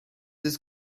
ist